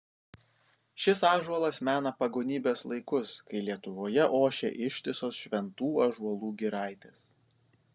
šis ąžuolas mena pagonybės laikus kai lietuvoje ošė ištisos šventų ąžuolų giraitės